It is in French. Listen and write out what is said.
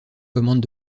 commandes